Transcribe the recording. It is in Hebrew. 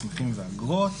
מסמכים ואגרות)